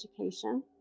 education